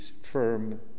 firm